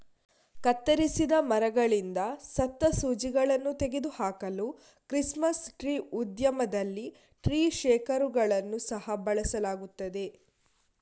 ಕತ್ತರಿಸಿದ ಮರಗಳಿಂದ ಸತ್ತ ಸೂಜಿಗಳನ್ನು ತೆಗೆದು ಹಾಕಲು ಕ್ರಿಸ್ಮಸ್ ಟ್ರೀ ಉದ್ಯಮದಲ್ಲಿ ಟ್ರೀ ಶೇಕರುಗಳನ್ನು ಸಹ ಬಳಸಲಾಗುತ್ತದೆ